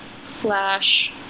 slash